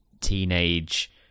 teenage